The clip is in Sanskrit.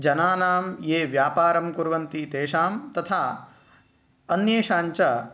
जनानां ये व्यापारं कुर्वन्ति तेषां तथा अन्येषां च